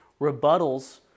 rebuttals